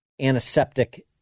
antiseptic